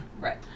Right